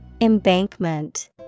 Embankment